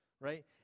right